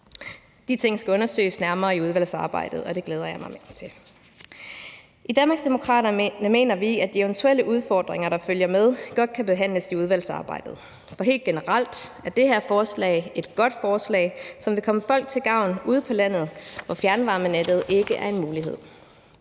De ting skal undersøges nærmere i udvalgsarbejdet, og det glæder jeg mig til. I Danmarksdemokraterne mener vi, at de eventuelle udfordringer, der følger med, godt kan behandles i udvalgsarbejdet, for helt generelt er det her forslag et godt forslag, som vil komme folk til gavn ude på landet, hvor fjernvarmenettet ikke er en mulighed.